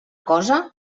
cosa